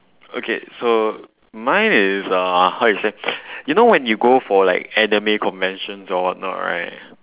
okay so mine is uh how you say you know when you go for like anime conventions or what not right